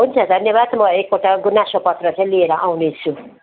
हुन्छ धन्यवाद म एकपल्ट गुनासो पत्र चाहिँ लिएर आउनेछु